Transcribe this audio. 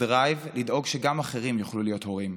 הדרייב לדאוג שגם אחרים יוכלו להיות הורים.